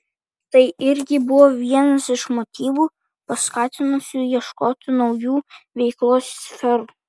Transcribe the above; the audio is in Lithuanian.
tai irgi buvo vienas iš motyvų paskatinusių ieškoti naujų veiklos sferų